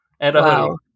Wow